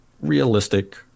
realistic